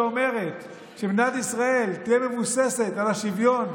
שאומרת שמדינת ישראל תהיה מבוססת על השוויון,